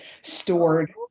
stored